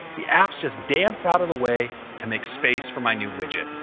the apps just dance out of the way to make space for my new widget.